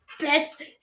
best